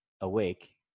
awake